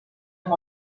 amb